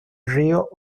río